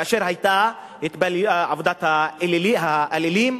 כאשר היתה עבודת אלילים.